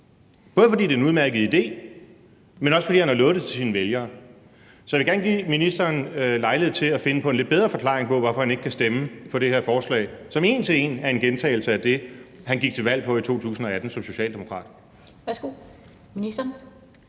både fordi det er en udmærket idé, men også fordi han har lovet det til sine vælgere. Så jeg vil gerne give ministeren lejlighed til at finde på en lidt bedre forklaring på, hvorfor han ikke kan stemme for det her forslag, som en til en er en gentagelse af det, han gik til valg på i 2018 som socialdemokrat.